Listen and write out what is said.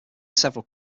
several